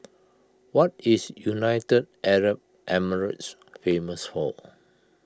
what is United Arab Emirates famous for